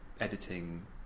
editing